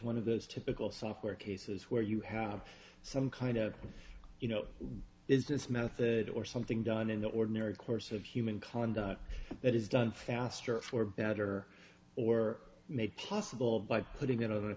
one of those typical software cases where you have some kind of you know is this method or something done in the ordinary course of human kind that is done faster for better or made possible by putting it on a